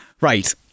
Right